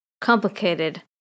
complicated